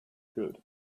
good